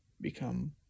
become